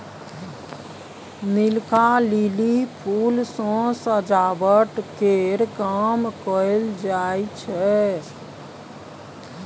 नीलका lily फुल सँ सजावट केर काम कएल जाई छै